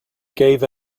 gave